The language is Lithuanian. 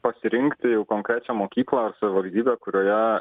pasirinkti jau konkrečią mokyklą ar savivaldybę kurioje